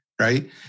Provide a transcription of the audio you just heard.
right